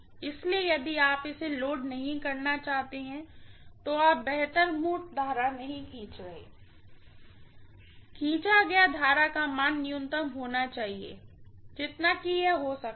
इसलिए यदि आप इसे लोड नहीं करना चाहते हैं तो आप बेहतर मूर्त करंट नहीं खींच सकते हैं खींचा गया करंट का मान न्यूनतम होना चाहिए जितना कि यह हो सकता है